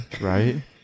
Right